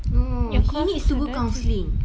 no he needs to go counselling